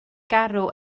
garw